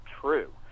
true